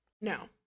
No